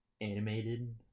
animated